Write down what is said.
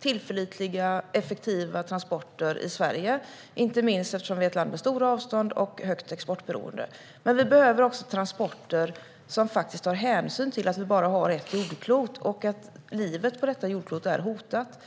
tillförlitliga och effektiva transporter i Sverige, inte minst eftersom vi är ett land med stora avstånd och stort exportberoende. Men vi behöver också transporter som tar hänsyn till att vi bara har ett jordklot och att livet på detta jordklot är hotat.